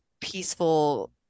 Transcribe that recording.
peaceful